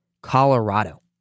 Colorado